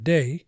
Day